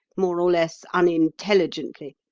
more or less unintelligently,